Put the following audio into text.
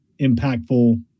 impactful